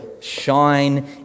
shine